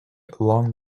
along